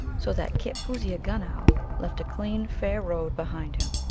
so that kitpooseagunow left a clean, fair road behind him.